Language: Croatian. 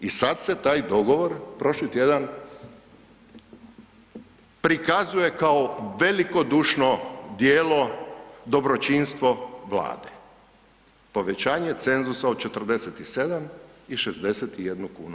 I sad se taj dogovor prošli tjedan prikazuje kao velikodušno djelo, dobročinstvo Vlade, povećanje cenzusa od 47 i 61 kunu.